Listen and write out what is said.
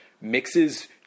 mixes